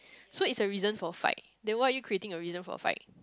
so it's a reason for a fight then why are you creating a reason for a fight